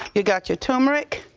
you've got your tumeric.